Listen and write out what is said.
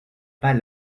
pas